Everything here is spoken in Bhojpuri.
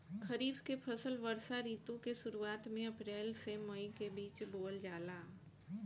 खरीफ के फसल वर्षा ऋतु के शुरुआत में अप्रैल से मई के बीच बोअल जाला